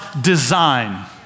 design